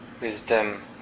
wisdom